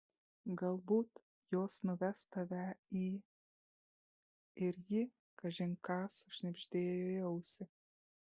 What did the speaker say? galbūt jos nuves tave į ir ji kažin ką sušnibždėjo į ausį